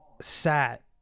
sat